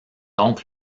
donc